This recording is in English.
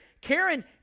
Karen